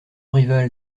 rival